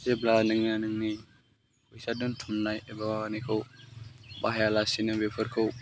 जेब्ला नोङो नोंनि फैसा दोनथुमनाय एबा माबानायखौ बाहायालासिनो बेफोरखौ